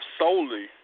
solely